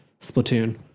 Splatoon